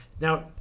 Now